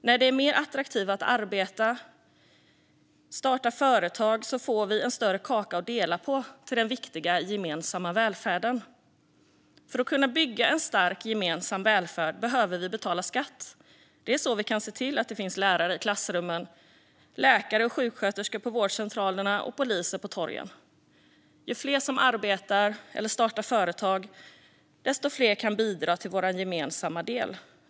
När det är mer attraktivt att arbeta och starta företag får vi en större kaka att dela på till den viktiga gemensamma välfärden. För att kunna bygga en stark gemensam välfärd behöver vi betala skatt. Det är så vi kan se till att det finns lärare i klassrummen, läkare och sjuksköterskor på vårdcentralerna och poliser på torgen. Ju fler som arbetar eller startar företag, desto fler kan bidra till vårt gemensamma.